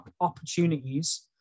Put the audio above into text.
opportunities